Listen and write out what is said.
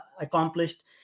accomplished